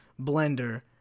blender